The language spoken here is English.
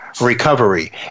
recovery